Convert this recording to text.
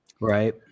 right